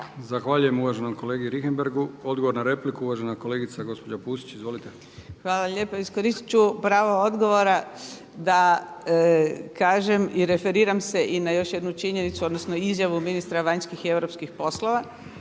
Zahvaljujem uvaženom kolegi Richemberghu. Odgovor na repliku uvažena kolegica gospođa Pusić. Izvolite. **Pusić, Vesna (HNS)** Hvala lijepa. Iskoristiti ću pravo odgovora da kažem i referiram se i na još jednu činjenicu, odnosno izjavu ministra vanjskih i europskih poslova